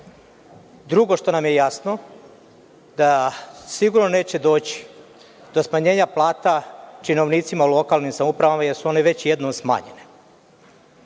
Drugo što nam je jasno, da sigurno neće doći do smanjenja plata činovnicima u lokalnim samoupravama jer su one već jednom smanjene. Prema